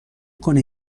کنه